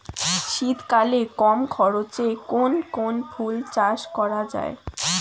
শীতকালে কম খরচে কোন কোন ফুল চাষ করা য়ায়?